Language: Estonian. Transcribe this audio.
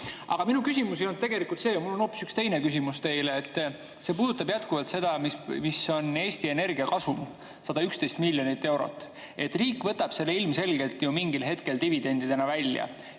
Aga minu küsimus ei ole tegelikult see. Mul on hoopis üks teine küsimus teile. See puudutab jätkuvalt Eesti Energia kasumit, mis on 111 miljonit eurot. Riik võtab selle ilmselgelt ju mingil hetkel dividendidena välja,